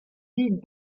dits